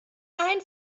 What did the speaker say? ein